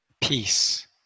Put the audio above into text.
peace